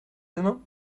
demain